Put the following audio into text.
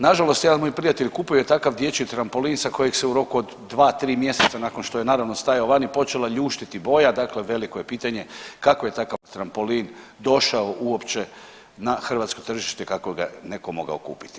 Nažalost jedan moj prijatelj kupuje takav dječji trampolin sa kojeg se u roku 2-3 mjeseca nakon što je stajao vani počela ljuštiti boja, dakle veliko je pitanje kako je takav trampolin došao uopće na hrvatsko tržište i kako ga je netko mogao kupiti.